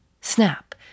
Snap